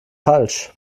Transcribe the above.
falsch